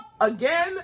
Again